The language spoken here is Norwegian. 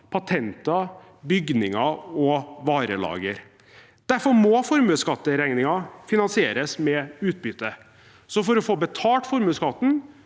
patenter, bygninger og varelager. Derfor må formuesskatteregningen finansieres med utbytte. Så for å få betalt formuesskatten